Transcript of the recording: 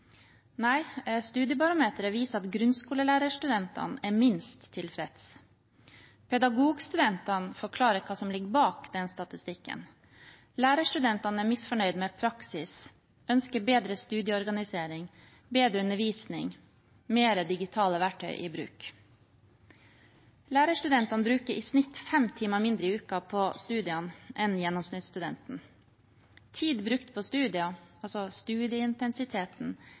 Nei, Studiebarometeret viser at grunnskolelærerstudentene er minst tilfreds. Pedagogstudentene forklarer hva som ligger bak den statistikken. Lærerstudentene er misfornøyd med praksis, ønsker bedre studieorganisering, bedre undervisning og flere digitale verktøy i bruk. Lærerstudentene bruker i snitt fem timer mindre i uken på studiene enn gjennomsnittsstudenten. Tid brukt på studier, altså studieintensiteten,